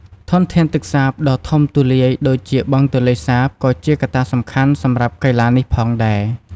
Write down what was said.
ធនធានទឹកសាបដ៏ធំទូលាយដូចជាបឹងទន្លេសាបក៏ជាកត្តាសំខាន់សម្រាប់កីឡានេះផងដែរ។